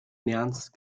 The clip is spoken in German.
nernst